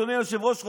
אדוני היושב-ראש,